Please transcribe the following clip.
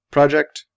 Project